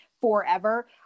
forever